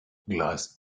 glass